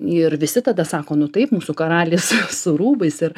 ir visi tada sako nu taip mūsų karalis su rūbais ir